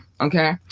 okay